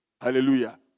Hallelujah